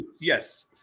Yes